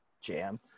jam